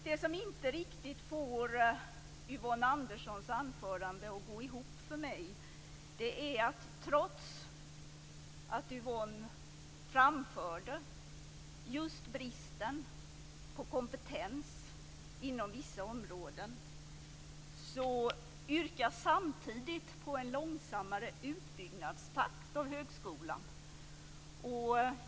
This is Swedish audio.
Men en sak gör att Yvonne Anderssons anförande inte riktigt går ihop för mig: Trots att hon framförde just bristen på kompetens inom vissa områden yrkas det samtidigt på en långsammare utbyggnadstakt av högskolan.